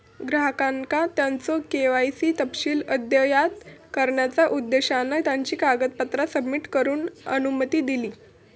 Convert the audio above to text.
ग्राहकांका त्यांचो के.वाय.सी तपशील अद्ययावत करण्याचा उद्देशान त्यांची कागदपत्रा सबमिट करूची अनुमती दिली